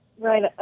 Right